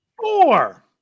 Four